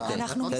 אנחנו --- אוקיי,